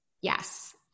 Yes